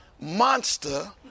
monster